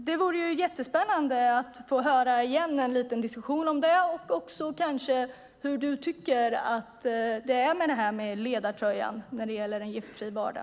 Det vore spännande att få höra en diskussion om det och också hur det är med ledartröjan när det gäller en giftfri vardag.